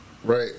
Right